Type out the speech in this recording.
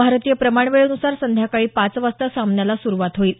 भारतीय प्रमाणवेळेन्सार संध्याकाळी पाच वाजता सामन्याला सुरुवात होईल